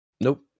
Nope